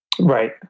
Right